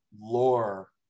lore